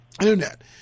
Internet